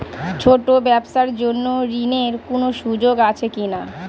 ছোট ব্যবসার জন্য ঋণ এর কোন সুযোগ আছে কি না?